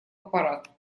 аппарат